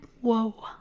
Whoa